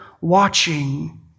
watching